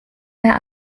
mehr